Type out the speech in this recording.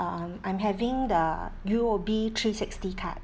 um I'm having the U_O_B three sixty card